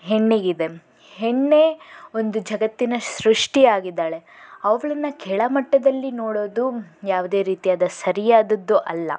ಹೆಣ್ಣಿಗಿದೆ ಹೆಣ್ಣೇ ಒಂದು ಜಗತ್ತಿನ ಸೃಷ್ಟಿ ಆಗಿದ್ದಾಳೆ ಅವಳನ್ನ ಕೆಳಮಟ್ಟದಲ್ಲಿ ನೋಡೋದು ಯಾವುದೇ ರೀತಿಯಾದ ಸರಿಯಾದದ್ದು ಅಲ್ಲ